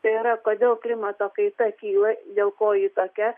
tai yra kodėl klimato kaita kyla dėl ko ji tokia